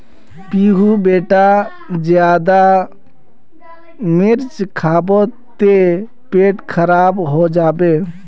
पीहू बेटा ज्यादा मिर्च खाबो ते पेट खराब हों जाबे